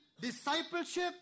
discipleship